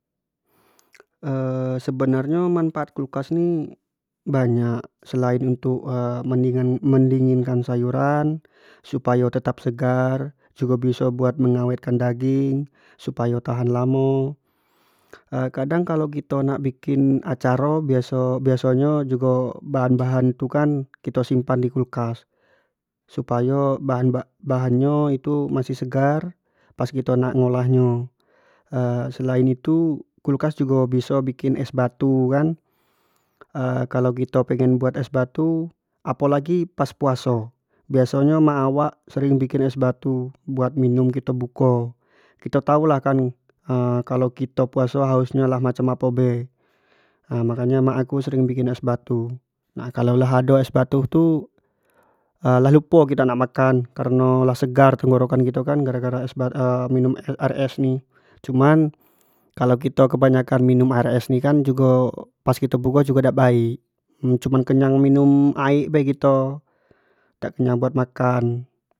sebenar nyo manfaat kulkas ni banyak, selain untuk mendingin kan sayuran supayo tetap segar jugo biso buat mengawet kan daging supayo tahan lamo kadang kalau kito nak bikin acaro biaso-biaso nyo jugo bahan-bahan itu kan kito simpan di kulkas supayo ba-bahan-bahan nyo tu pun maish segar pas kito nak ngolah nyo, selain itu kulkas jugo bis bikin es batu kan kalau kito pingin buat es batu apo lagi kalau pas puasi biaso nyo emak awak sering bikin es batu buat minum kito buko, kito tau lah kan kalau kto puaso haus nyo lah macam apo be, mako nyo emak aku sering bikin es batu, nah kalau lah ado es batu tu lah lupo kito nak makan kareno lah segar tenggorkan kito kan gara-gara es minum aek es ni cuman kalau kito kebanyak an minum aer es ni kan jugo pas buko jugo dak baik cuma kenyak minum aek be kito dak kenyang buat makan.